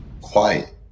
quiet